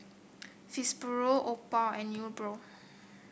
Fibrosol Oppo and Nepro